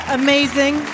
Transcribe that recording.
amazing